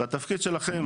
התפקיד שלכם